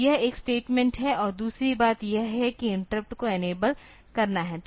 तो यह एक स्टेटमेंट है और दूसरी बात यह है कि इंटरप्ट को इनेबल करना है